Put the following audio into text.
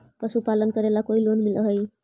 पशुपालन करेला कोई लोन मिल हइ?